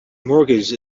mortgage